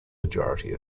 majority